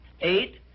Eight